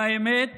והאמת